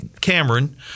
Cameron